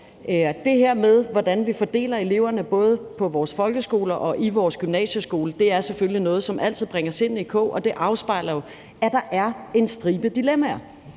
det her med, hvordan vi fordeler eleverne både på vores folkeskoler og i vores gymnasieskoler, er selvfølgelig noget, som altid bringer sindene i kog, og det afspejler jo, at der er en stribe dilemmaer.